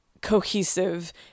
cohesive